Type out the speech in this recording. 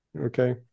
Okay